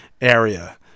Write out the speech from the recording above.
area